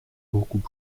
beaucoup